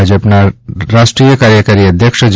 ભાજપના રાષ્ટ્રીય કાર્યકારી અધ્યક્ષ જે